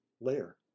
layer